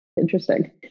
interesting